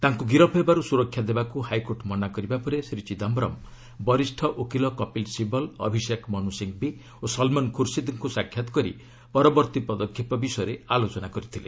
ତାଙ୍କୁ ଗିରଫ୍ ହେବାରୁ ସୁରକ୍ଷା ଦେବାକୁ ହାଇକୋର୍ଟ ମନା କରିବା ପରେ ଶ୍ରୀ ଚିଦାୟରମ୍ ବରିଷ ଓକିଲ କପିଲ ଶିବଲ ଅଭିଶେକ ମନୁ ସିଂଘଭି ଓ ସଲମନ ଖୁର୍ସିଦ୍ଙ୍କୁ ସାକ୍ଷାତ କରି ପରବର୍ତ୍ତୀ ପଦକ୍ଷେପ ବିଷୟରେ ଆଲୋଚନା କରିଥିଲେ